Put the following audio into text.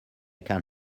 can